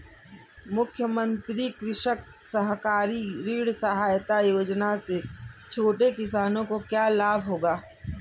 मुख्यमंत्री कृषक सहकारी ऋण सहायता योजना से छोटे किसानों को क्या लाभ होगा?